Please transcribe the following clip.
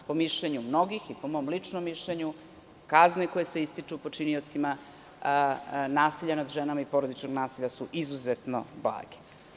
Po mišljenju mnogih i po mom ličnom mišljenju kazne koje se izriču počiniocima nasilja nad ženama i porodičnog nasilja su izuzetno blage.